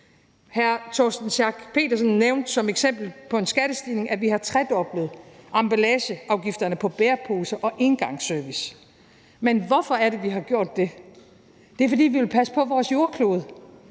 Hr. Torsten Schack Pedersen nævnte som et eksempel på en skattestigning, at vi har tredoblet emballageafgifterne på bæreposer og engangsservice, men hvorfor har vi gjort det? Det har vi, fordi vi vil passe på vores jordklode,